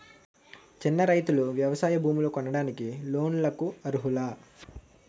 చిన్న రైతులు వ్యవసాయ భూములు కొనడానికి లోన్ లకు అర్హులా?